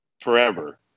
forever